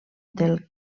del